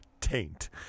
taint